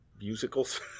musicals